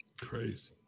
Crazy